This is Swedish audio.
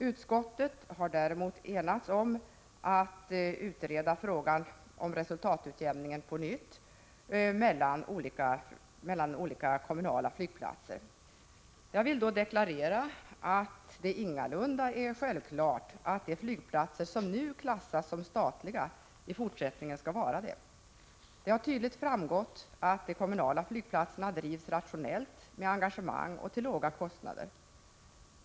Utskottet har däremot enats om att på nytt utreda frågan om resultatutjämning mellan olika flygplatser. För egen del vill jag deklarera att det ingalunda är självklart att de flygplatser som nu klassas som statliga skall vara det även i fortsättningen. Det har tydligt framgått att de kommunala flygplatserna drivs rationellt, med engagemang och till låga kostnader.